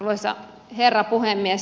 arvoisa herra puhemies